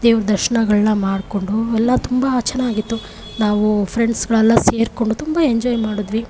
ದೇವ್ರ ದರ್ಶನಗಳ್ನ ಮಾಡಿಕೊಂಡು ಎಲ್ಲ ತುಂಬ ಚೆನ್ನಾಗಿತ್ತು ನಾವು ಫ್ರೆಂಡ್ಸ್ಗಳೆಲ್ಲ ಸೇರಿಕೊಂಡು ತುಂಬ ಎಂಜಾಯ್ ಮಾಡಿದ್ವಿ